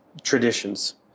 traditions